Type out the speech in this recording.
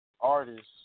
artists